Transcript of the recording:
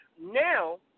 Now